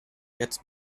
jetzt